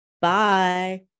Bye